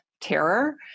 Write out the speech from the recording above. terror